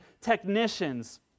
technicians